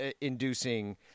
inducing